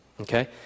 okay